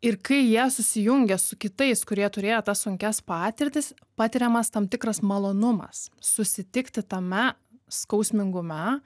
ir kai jie susijungia su kitais kurie turėjo tas sunkias patirtis patiriamas tam tikras malonumas susitikti tame skausmingume